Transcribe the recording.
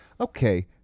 okay